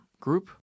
group